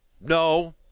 No